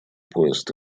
поезд